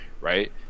right